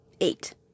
eight